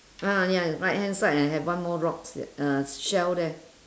ah ya right hand side I have one more rocks y~ uh shell there